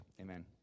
amen